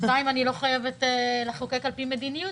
שנית, אני לא חייבת לחוקק על פי מדיניות.